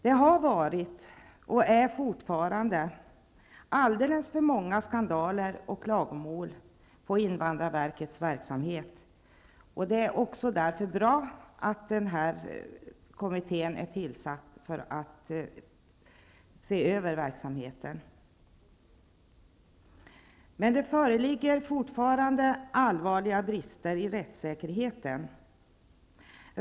Det har varit och är fortfarande alldeles för många skandaler och klagomål på invandrarverkets verksamhet, och även därför är det bra att en kommitté tillsatts för att se över verksamheten. Det föreligger fortfarande allvarliga brister i rättssäkerheten.